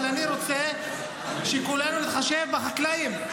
אבל אני רוצה שכולנו נתחשב בחקלאים,